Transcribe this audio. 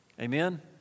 Amen